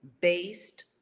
based